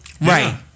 right